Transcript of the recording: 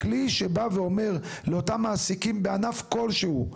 כלי שבא ואומר לאותם מעסיקים בענף כלשהו,